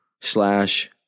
slash